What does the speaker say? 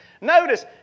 Notice